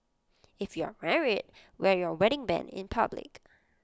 if you're married wear your wedding Band in public